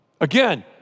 Again